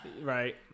Right